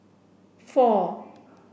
four